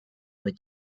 with